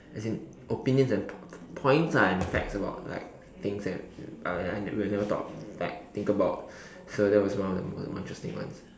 as in opinions and p~ p~ points lah and facts about like things and uh ya we'll never thought like think about so that was one of the most more interesting ones